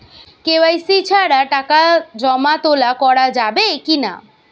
KYC ছাড়া টাকা জমা তোলা করা যাবে কি না?